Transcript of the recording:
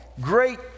great